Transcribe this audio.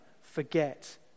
forget